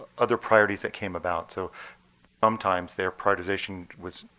other priorities that came about. so sometimes their prioritization was